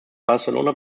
barcelona